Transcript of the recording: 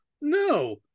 no